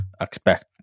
expect